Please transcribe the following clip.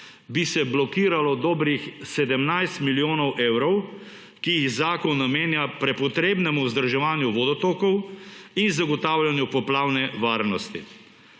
bi se blokiralo dobrih 17 milijonov evrov, ki jih zakon namenja prepotrebnemu vzdrževanju vodotokov in zagotavljanju poplavne varnosti.